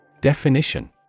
Definition